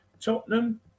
Tottenham